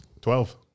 Twelve